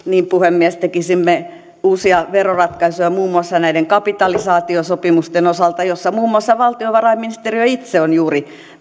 niin puhemies tekisimme uusia veroratkaisuja muun muassa näiden kapitalisaatiosopimusten osalta joihin liittyen muun muassa valtiovarainministeriö itse on juuri